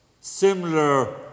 similar